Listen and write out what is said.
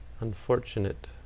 unfortunate